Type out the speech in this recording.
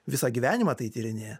visą gyvenimą tai tyrinėja